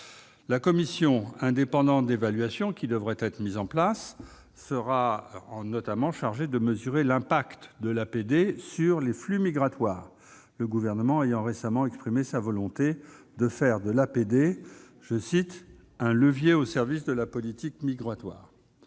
La commission indépendante d'évaluation qui devrait être mise en place sera chargée, notamment, de mesurer l'effet de l'APD sur les flux migratoires, le Gouvernement ayant récemment exprimé sa volonté de faire de cette aide « un levier au service de la politique migratoire ».